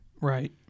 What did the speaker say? right